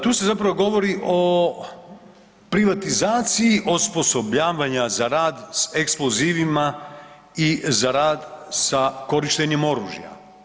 Tu se zapravo govori o privatizaciji osposobljavanja za rad s eksplozivima i za rad sa korištenjem oružja.